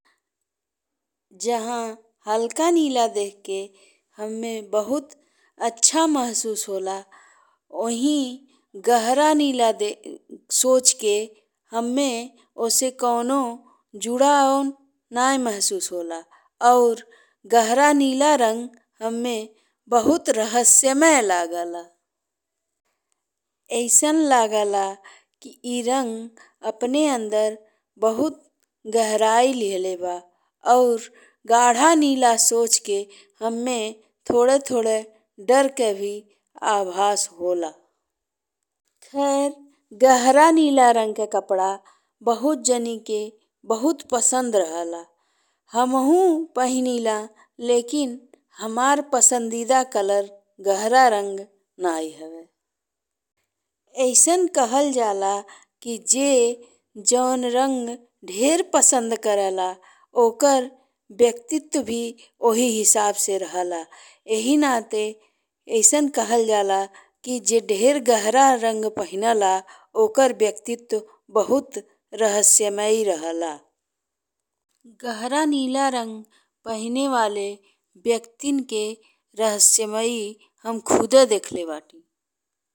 जहाँ हल्का नीला देख के हम्मे बहुत अच्छा महसूस होला ओही गहिरा निकल सोचि के हम्मे उससे कउनो जुड़ाव नाहीं महसूस होला और गहिरा नीला रंग हम्मे बहुत रहस्यमय लागेला। अइसन लागेला कि ए रंग अपने अंदर बहुत गहराई लिहले बा और गाढ़ा नीला सोच के हम्मे थोड़े थोड़े डर के भी आभास होला। खैर गहिरा नीला रंग के कपड़ा बहुत जानी के बहुत पसंद रहल। हमहु पहिनिला लेकिन हमार पसंदीदा कलर गहिरा रंग नहीं हवे। अइसन कहल जाला कि जे जवन रंग ढेर पसंद करेला ओकर व्यक्तित्व भी ओही हिसाब से रहल एही नाते अइसन कहल जाला कि जे ढेर गहिरा रंग पहिनेला ओकर व्यक्तित्व बहुत रहस्यमय रहल। गहिरा नीला रंग पहिने वाला व्यक्तिन के रहस्यमय हम खुदे देखले बाटी।